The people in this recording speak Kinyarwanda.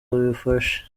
babifashe